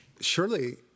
surely